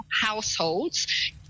households